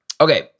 Okay